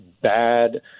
bad